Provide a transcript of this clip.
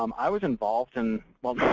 um i was involved in well, no,